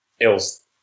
else